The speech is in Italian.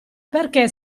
perché